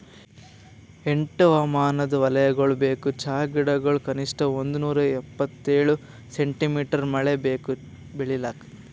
ಎಂಟು ಹವಾಮಾನದ್ ವಲಯಗೊಳ್ ಬೇಕು ಚಹಾ ಗಿಡಗೊಳಿಗ್ ಕನಿಷ್ಠ ಒಂದುನೂರ ಇಪ್ಪತ್ತೇಳು ಸೆಂಟಿಮೀಟರ್ ಮಳೆ ಬೇಕು ಬೆಳಿಲಾಕ್